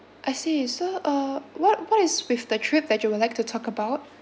I see so uh what what is with the trip that you would like to talk about